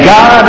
God